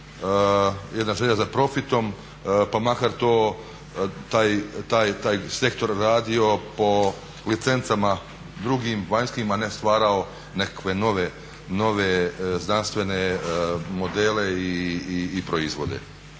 jedna želja za profitom pa makar to taj sektor radio po licencama drugim vanjskim a ne stvarao nekakve nove znanstvene modele i proizvode.